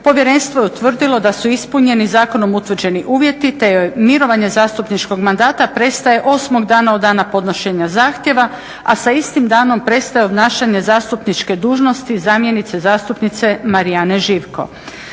povjerenstvo je utvrdilo da su ispunjeni zakonom utvrđeni uvjeti te joj mirovanje zastupničkog mandata prestaje 8 dana od dana podnošenja zahtjeva, a sa istim danom prestaje obnašanje zastupniče dužnosti zamjenice zastupnice Marijane Živko.